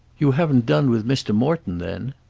you haven't done with mr. morton then?